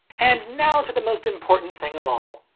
and now to the most important thing of all.